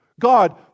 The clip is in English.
God